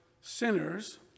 sinners